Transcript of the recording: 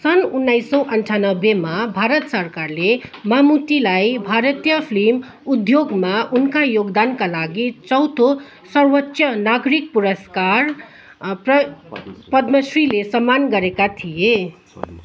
सन् उन्नाइस सौ अन्ठानब्बेमा भारत सरकारले मामुट्टीलाई भारतीय फिल्म उद्योगमा उनका योगदानका लागि चौथो सर्वोच्च नागरिक पुरस्कार अँ पद्मश्रीले सम्मान गरेका थिए